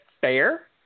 fair